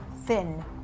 Thin